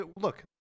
look